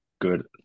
good